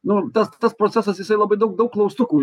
nu tas tas procesas jisai labai daug daug klaustukų